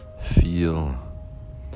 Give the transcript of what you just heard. Feel